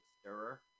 stirrer